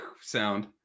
sound